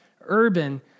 urban